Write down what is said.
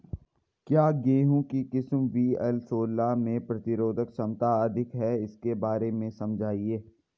क्या गेहूँ की किस्म वी.एल सोलह में प्रतिरोधक क्षमता अधिक है इसके बारे में समझाइये?